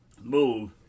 move